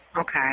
Okay